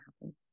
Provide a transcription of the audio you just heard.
happen